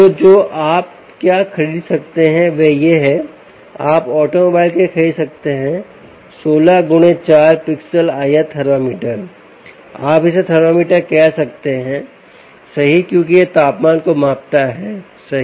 तो जो आप क्या खरीद सकते हैं वह यह है कि आप ऑटोमोबाइल के लिए खरीद सकते हैं 16 × 4 16 × 4 पिक्सेल IR थर्मामीटर आप इसे थर्मामीटर कह सकते हैं सही क्योंकि यह तापमान को मापता है सही